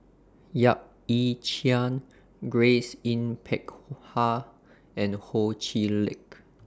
Yap Ee Chian Grace Yin Peck Ha and Ho Chee Lick